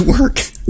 work